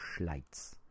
Schleitz